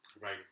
Right